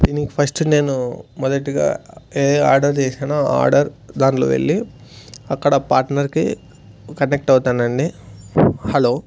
దీనికి ఫస్ట్ నేను మొదటిగా ఏ ఆర్డర్ చేశానో ఆ ఆర్డర్ దాంట్లో వెళ్లి అక్కడ పార్ట్నర్కి కనెక్ట్ అవుతాను అండి హలో